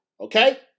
Okay